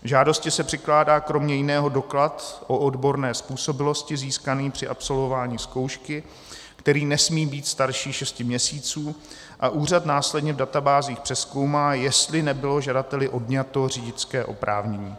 K žádosti se přikládá kromě jiného doklad o odborné způsobilosti získaný při absolvování zkoušky, který nesmí být starší šesti měsíců, a úřad následně v databázích přezkoumá, jestli nebylo žadateli odňato řidičské oprávnění.